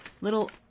little